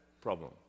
problem